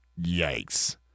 yikes